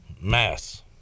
mass